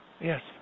Yes